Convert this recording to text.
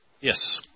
Yes